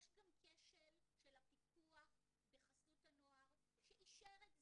יש גם כשל של הפיקוח בחסות הנוער שאישר את זה.